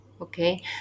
okay